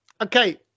okay